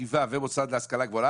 ישיבה ומוסד להשכלה גבוהה,